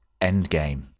Endgame